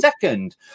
second